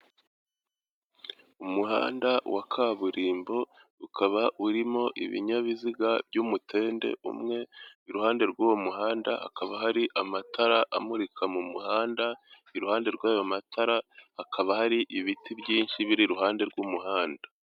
Umuhanda wa kaburimbo ukaba urimo ibinyabiziga by'umutende umwe, iruhande rw'uwo muhanda hakaba hari amatara amurika mu muhanda, iruhande rw'ayo matara hakaba hari ibiti byinshi biri iruhande rw'umuhanda.